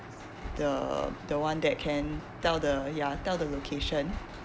the the one that can tell the ya tell the location